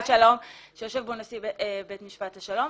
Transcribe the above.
שלום שיושב בו נשיא בית משפט השלום.